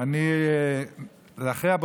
אני רוצה להשתמש